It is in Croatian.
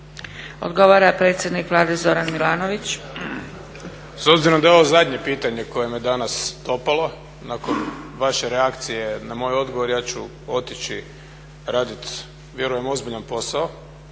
Odgovara predsjednik Vlade Zoran Milanović. **Milanović, Zoran (SDP)** S obzirom da je ovo zadnje pitanje koje me danas dopalo nakon vaše reakcije na moj odgovor ja ću otići raditi vjerujem ozbiljan posao,